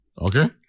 Okay